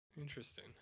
Interesting